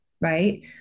Right